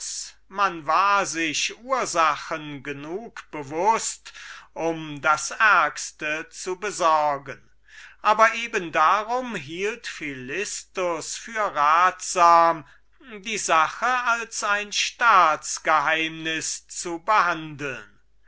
man war sich ursachen genug bewußt das ärgste zu besorgen aber eben darum hielt philistus für ratsamer die sache als ein staats geheimnis zu behandeln